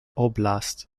oblast